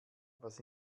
was